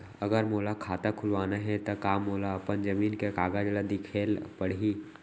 अगर मोला खाता खुलवाना हे त का मोला अपन जमीन के कागज ला दिखएल पढही?